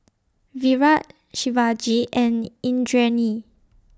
Virat Shivaji and Indranee